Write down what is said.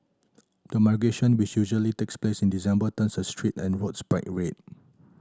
the migration which usually takes place in December turns the streets and roads a bright red